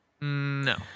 No